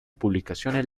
publicaciones